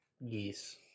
Yes